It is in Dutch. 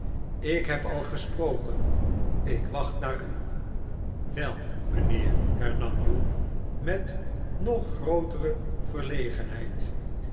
ik heb al gesproken ik wacht naar u wel mijnlieer hernam hugh met nog grootere verlegenheid